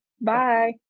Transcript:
Bye